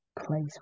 place